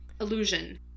illusion